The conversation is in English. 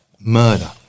Murder